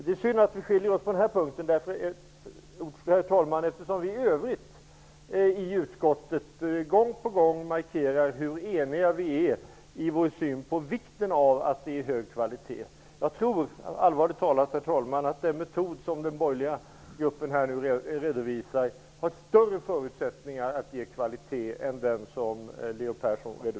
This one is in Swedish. Det är synd att vill skiljer oss på den här punkten, eftersom vi i övrigt i utskottet gång på gång markerar hur eniga vi är i vår syn på vikten av hög kvalitet. Jag tror allvarligt talat att den metod som den borgerliga gruppen redovisar har större förutsättningar att ge kvalitet än den som Leo